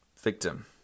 victim